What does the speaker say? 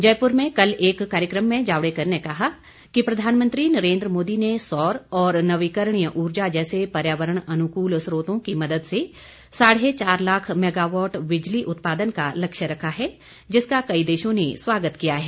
जयपुर में कल एक कार्यक्रम में जावड़ेकर ने कहा कि प्रधानमंत्री नरेन्द्र मोदी ने सौर और नवीकरणीय ऊर्जा जैसे पर्यावरण अनुकूल च्रोतों की मदद से साढ़े चार लाख मेगावाट बिजली उत्पादन का लक्ष्य रखा है जिसका कई देशों ने स्वागत किया है